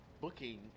booking